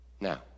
Now